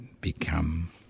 become